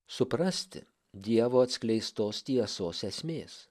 suprasti dievo atskleistos tiesos esmės